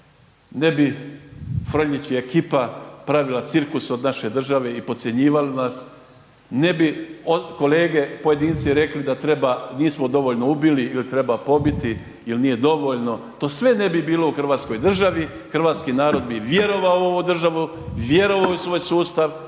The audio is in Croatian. ne bi Franjić i ekipa pravila cirkus od naše države i podcjenjivali nas, ne bi od kolege pojedinci rekli da treba, nismo dovoljno ubili ili treba pobiti jer nije dovoljno, to sve ne bi bilo u hrvatskoj državi, hrvatski narod bi vjerovao u ovu državu, vjerovao u svoj sustav,